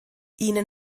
ihnen